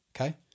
Okay